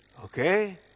Okay